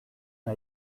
n’a